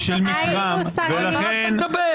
-- של מתחם --- על מה אתה מדבר?